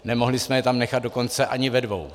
Nemohli jsme je tam nechat dokonce ani ve dvou.